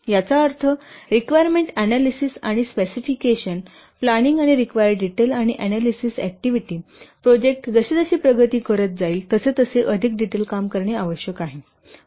याचा अर्थ requirement analysis आणि स्पेसिफिकेशन प्लांनिंग आणि रिक्वायर डिटेल आणि ऍनॅलिसिस ऍक्टिव्हिटी प्रोजेक्ट जसजशी प्रगती करीत जाईल तसतसे अधिक डिटेल काम करणे आवश्यक आहे